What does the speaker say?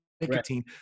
nicotine